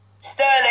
Sterling